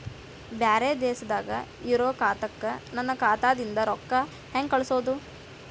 ಬ್ಯಾರೆ ದೇಶದಾಗ ಇರೋ ಖಾತಾಕ್ಕ ನನ್ನ ಖಾತಾದಿಂದ ರೊಕ್ಕ ಹೆಂಗ್ ಕಳಸೋದು?